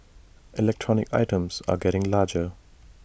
electronic items are getting larger